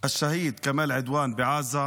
השהיד כמאל עדואן בעזה,